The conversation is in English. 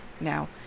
Now